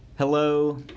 Hello